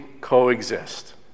coexist